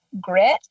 grit